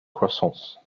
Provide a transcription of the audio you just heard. croissants